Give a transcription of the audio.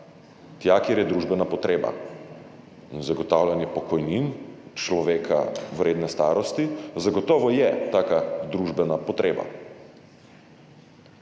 kjer je družbena potreba. In zagotavljanje pokojnin človeka vredne starosti zagotovo je taka družbena potreba.